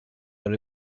but